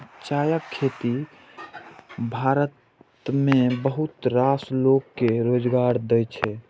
चायक खेती भारत मे बहुत रास लोक कें रोजगार दै छै